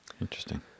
Interesting